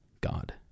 God